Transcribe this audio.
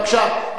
בבקשה.